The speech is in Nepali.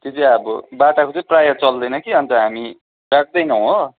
त्यो चाहिँ अब बाटाको चाहिँ प्रायः चल्दैन कि अन्त हामी राख्दैनौ हो